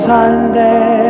Sunday